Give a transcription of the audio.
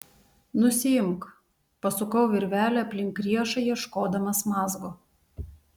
nusiimk pasukau virvelę aplink riešą ieškodamas mazgo